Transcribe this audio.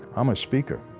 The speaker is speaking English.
i'm a speaker.